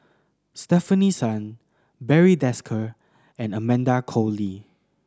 Stefanie Sun Barry Desker and Amanda Koe Lee